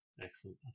Excellent